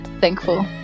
thankful